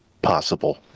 possible